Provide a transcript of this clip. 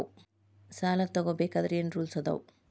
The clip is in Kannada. ಸಾಲ ತಗೋ ಬೇಕಾದ್ರೆ ಏನ್ ರೂಲ್ಸ್ ಅದಾವ?